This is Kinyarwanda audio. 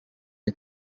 ngo